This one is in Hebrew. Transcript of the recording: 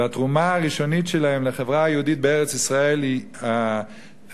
והתרומה הראשונית שלהם לחברה היהודית בארץ-ישראל היא תרומה